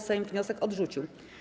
Sejm wniosek odrzucił.